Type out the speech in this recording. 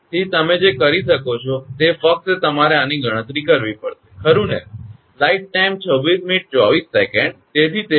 તેથી તમે જે કરી શકો છે તે ફક્ત તમારે આની ગણતરી કરવી પડશે ખરુ ને